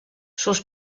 sus